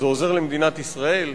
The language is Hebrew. זה עוזר למדינת ישראל?